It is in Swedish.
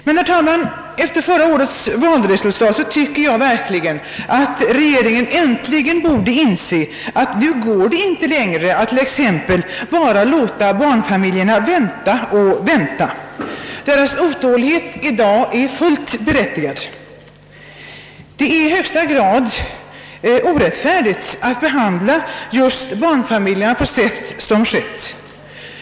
Men, herr talman, efter förra årets valresultat tycker jag verkligen att regeringen äntligen borde inse, att det nu inte längre går att låta barnfamiljerna bara vänta och vänta! Deras otålighet i dag är fullt berättigad. Det är i högsta grad orättfärdigt att behandla just barnfamiljerna på sätt som. skett.